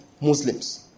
Muslims